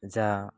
ଯାହା